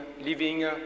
living